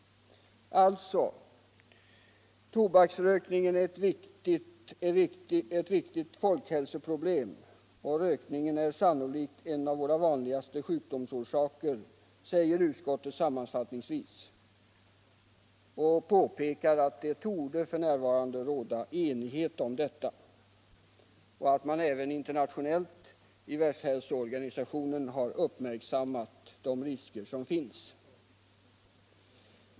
Tobaksrökning är ett viktigt folkhälsoproblem, och rökning är sannolikt en av våra vanligaste sjukdomsorsaker, säger utskottet sammanfattningsvis och påpekar att det f.n. torde råda enighet om detta och att man även internationellt, i Världshälsoorganisationen, har uppmärksammat de risker som finns.